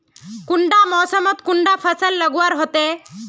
कुंडा मोसमोत कुंडा फसल लगवार होते?